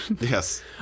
Yes